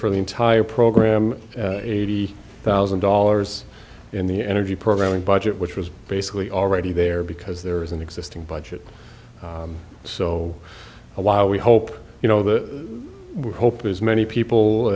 for the entire program eighty thousand dollars in the energy programming budget which was basically already there because there is an existing budget so while we hope you know the hope as many people